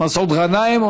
מסעוד גנאים,